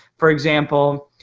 for example,